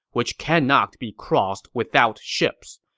which cannot be crossed without ships.